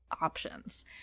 options